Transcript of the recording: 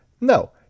No